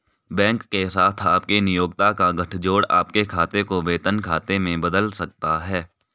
bank के साथ आपके नियोक्ता का गठजोड़ आपके खाते को वेतन खाते में बदल सकता है